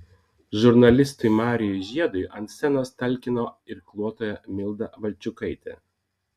žurnalistui marijui žiedui ant scenos talkino irkluotoja milda valčiukaitė